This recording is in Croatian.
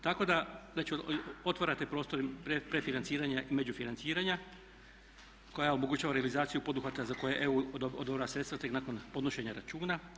Tako da, znači otvarate prostor predfinanciranja i međufinanciranja koja omogućava realizaciju poduhvata za koje je EU odobrila sredstva tek nakon podnošenja računa.